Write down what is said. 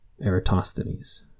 Eratosthenes